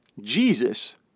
Jesus